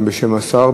גם בשם השר,